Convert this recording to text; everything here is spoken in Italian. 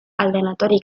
allenatori